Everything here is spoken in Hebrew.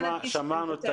כן שמענו.